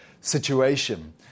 situation